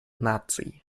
наций